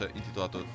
intitolato